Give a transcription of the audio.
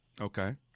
Okay